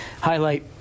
highlight